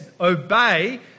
obey